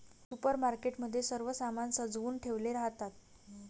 supermarket मध्ये सर्व सामान सजवुन ठेवले राहतात